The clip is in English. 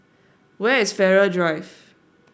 where is Farrer Drive